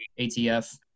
ATF